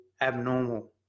abnormal